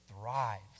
thrives